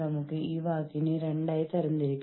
നമ്മൾക്ക് വ്യാവസായിക തർക്ക നിയമം